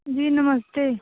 जी नमस्ते